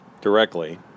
directly